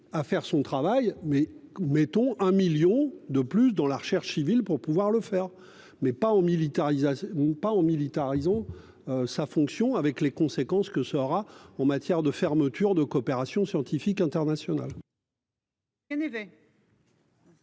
à faire son travail mais mettons 1 million de plus dans la recherche civile pour pouvoir le faire mais pas au militarisation pas aux militaires à raison. Sa fonction, avec les conséquences que cela aura. En matière de fermeture de coopération scientifique internationale.